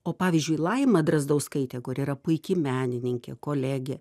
o pavyzdžiui laima drazdauskaitė kuri yra puiki menininkė kolegė